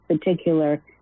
particular